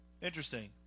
Interesting